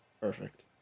perfect